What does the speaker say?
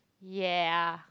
yeah